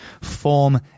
form